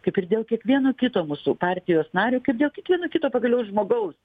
kaip ir dėl kiekvieno kito mūsų partijos nario kaip dėl kiekvieno kito pagaliau žmogaus